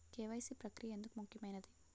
KYC ప్రక్రియ ఎందుకు ముఖ్యమైనది?